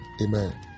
amen